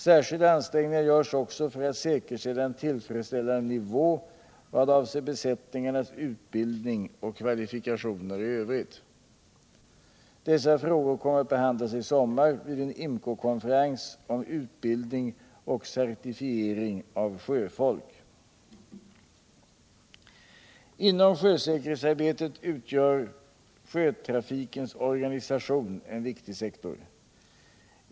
Särskilda ansträngningar görs också för att säkerställa en tillfredsställande nivå vad avser besättningarnas utbildning och kvalifikationer i övrigt. Dessa frågor kommer att behandlas i sommar vid en IMCO-konferens om utbildning och certifiering av sjöfolk. Inom sjösäkerhetsarbetet utgör sjötrafikens organisation en viktig sektor.